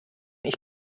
ich